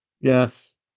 Yes